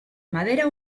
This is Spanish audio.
madera